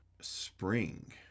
spring